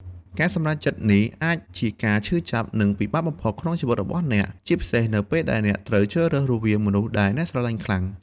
ការសម្រេចចិត្តនេះអាចជាការឈឺចាប់ និងពិបាកបំផុតក្នុងជីវិតរបស់អ្នក ជាពិសេសនៅពេលដែលអ្នកត្រូវជ្រើសរើសរវាងមនុស្សដែលអ្នកស្រឡាញ់ខ្លាំង។